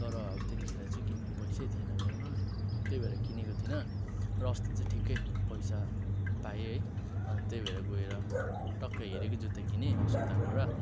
तर अब त्यतिखेर चाहिँ किन्ने पैसै थिएन मेरोमा त्यही भएर किनेको थिइनँ र अस्ति चाहिँ ठिकै पैसा पाएँ है अनि त्यही भएर गएर टक्कै हेरेकै जुत्ता किनेँ अशोक दाकोबाट